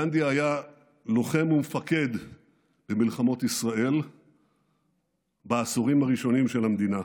גנדי היה לוחם ומפקד במלחמות ישראל בעשורים הראשונים של המדינה.